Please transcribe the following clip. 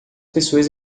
pessoas